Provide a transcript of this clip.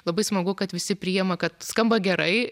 labai smagu kad visi priema kad skamba gerai